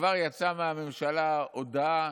וכבר יצאה מהממשלה הודעה